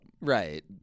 Right